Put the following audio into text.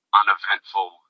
uneventful